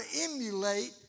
emulate